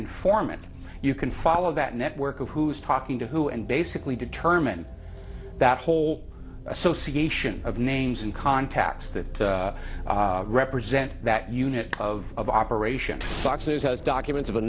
informant you can follow that network of who's talking to who and basically determine that whole association of names and contacts that represent that unit of operation fox news has documents of